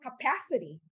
capacity